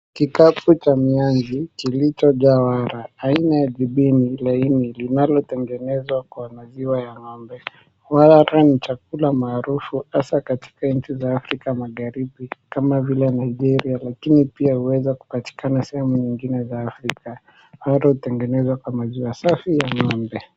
Kikapu cha mianzi kilichojaa aina ya jibini laini linalotengenezwa kwa maziwa ya ng'ombe. Wala hata ni chakula maarufu hasa katika nchi za Afrika Magharibi kama vile Nigeria lakini pia huweza kupatikana sehemu nyingine za Afrika. Hata hutengenezwa kwa maziwa safi ya ng'ombe.